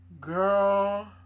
Girl